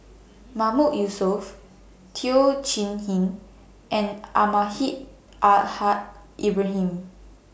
Mahmood Yusof Teo Chee Hean and Almahdi Al Haj Ibrahim